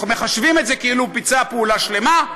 מחשבים את זה כאילו ביצע פעולה שלמה.